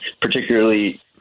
particularly